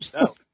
No